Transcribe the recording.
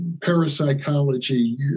parapsychology